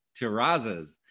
Terrazas